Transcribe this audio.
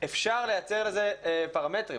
אפשר לייצר לזה פרמטרים.